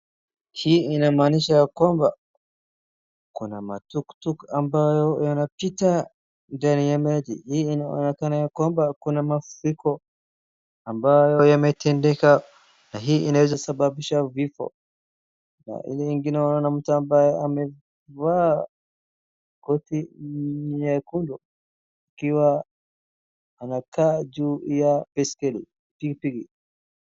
Hii ina maanisha ya kwamba kuna matukutuku ambayo yanapita ndani ya maji inaonekana ya kwamba kuna mafuriko ambayo yametendeka na hii inaweza sababisha vifo na ile ingine unaona mtu ambaye amevaa koti nyeekundu akiwa anakaa juu ya bisikeli pikipiki